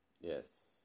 Yes